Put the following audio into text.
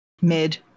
Mid